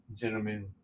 gentlemen